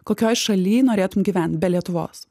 kokioj šaly norėtum gyvent be lietuvos